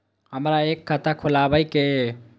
हमरा एक खाता खोलाबई के ये?